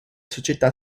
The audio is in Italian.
società